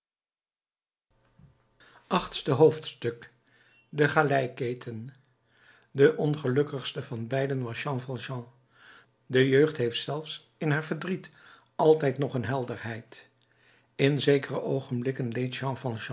achtste hoofdstuk de galeiketen de ongelukkigste van beiden was jean valjean de jeugd heeft zelfs in haar verdriet altijd nog een helderheid in zekere oogenblikken leed jean